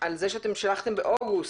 על זה ששלחתם באוגוסט.